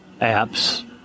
apps